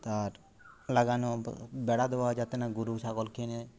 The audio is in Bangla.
তার লাগানো বেড়া দেওয়া যাতে না গরু ছাগল খেয়ে নেয়